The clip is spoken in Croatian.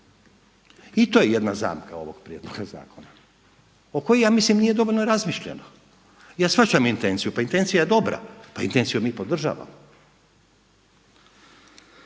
I to je jedna zamka ovog prijedloga zakona o kojoj ja mislim nije dovoljno razmišljeno. Ja shvaćam intenciju, pa intencija je dobra, pa intenciju mi podržavamo.